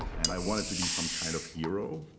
and i wanted to be some kind of hero,